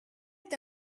est